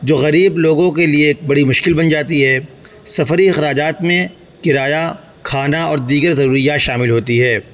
جو غریب لوگوں کے لیے ایک بڑی مشکل بن جاتی ہے سفری اخراجات میں کرایہ کھانا اور دیگر ضروریات شامل ہوتی ہے